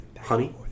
Honey